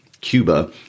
Cuba